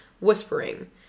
Whispering